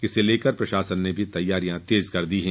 इसको लेकर प्रशासन ने भी तैयारियां तेज कर दी हैं